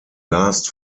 last